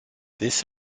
this